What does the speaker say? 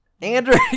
Andrew